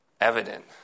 evident